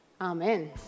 Amen